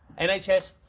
nhs